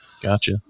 Gotcha